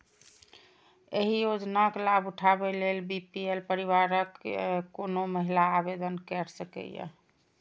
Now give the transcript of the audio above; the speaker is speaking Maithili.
एहि योजनाक लाभ उठाबै लेल बी.पी.एल परिवारक कोनो महिला आवेदन कैर सकैए